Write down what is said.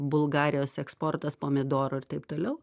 bulgarijos eksportas pomidoro ir taip toliau